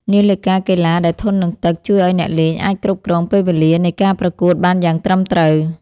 នាឡិកាកីឡាដែលធន់នឹងទឹក ជួយឱ្យអ្នកលេងអាចគ្រប់គ្រងពេលវេលានៃការប្រកួតបានយ៉ាងត្រឹមត្រូវ។